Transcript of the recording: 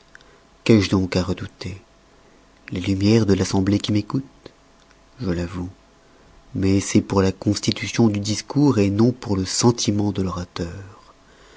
qu'ai-je donc à redouter les lumières de l'assemblée qui m'écoute je l'avoue mais c'est pour la constitution du discours non pour le sentiment de l'orateur